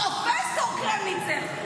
פרופ' קרמניצר,